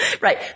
right